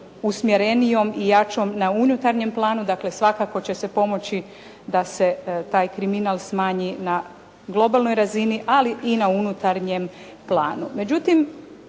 usmjerenijom i jačom na unutarnjem planu, dakle svakako će se pomoći da se taj kriminal smanji na globalnoj razini, ali i na unutarnjem planu.